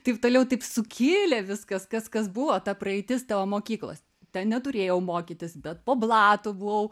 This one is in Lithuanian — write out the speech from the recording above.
taip toliau taip sukilę viskas kas kas buvo ta praeitis tavo mokyklos ten neturėjau mokytis bet po blatu buvau